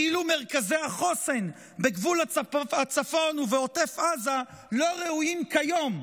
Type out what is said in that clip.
כאילו מרכזי החוסן בגבול הצפון ובעוטף עזה לא ראויים כיום,